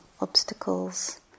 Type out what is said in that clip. obstacles